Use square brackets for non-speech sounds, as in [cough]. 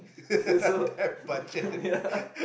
[laughs] so ya